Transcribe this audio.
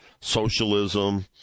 socialism